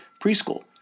preschool